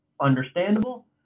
Understandable